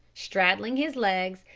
straddling his legs,